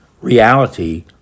reality